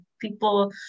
people